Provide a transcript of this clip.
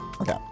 Okay